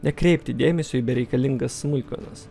nekreipti dėmesio į bereikalingas smulkmenas